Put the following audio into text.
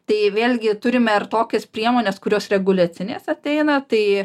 tai vėlgi turime ir tokias priemones kurios reguliacinės ateina tai